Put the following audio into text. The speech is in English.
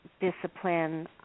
discipline